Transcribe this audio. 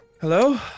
hello